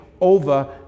over